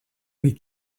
mais